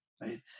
right